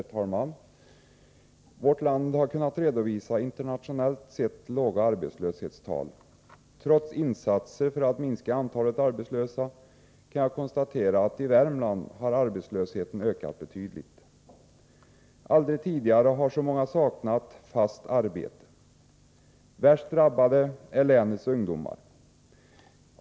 Herr talman! Vårt land har kunnat redovisa internationellt sett låga arbetslöshetstal. Trots insatser för att minska antalet arbetslösa kan jag konstatera att arbetslösheten i Värmland har ökat betydligt. Aldrig tidigare har så många saknat fast arbete. Värst drabbade är länets ungdomar.